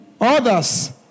Others